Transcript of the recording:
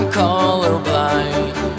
colorblind